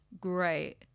Great